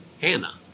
Hannah